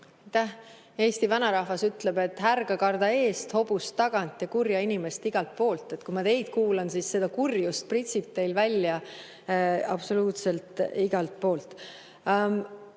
Aitäh! Eesti vanarahvas ütleb, et härga karda eest, hobust tagant ja kurja inimest igalt poolt. Kui ma teid kuulan, siis pean ütlema, et seda kurjust pritsib teil välja absoluutselt igalt poolt.